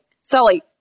Sully